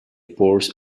pores